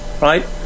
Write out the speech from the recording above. right